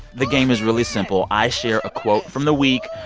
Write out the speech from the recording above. the game is really simple. i share a quote from the week.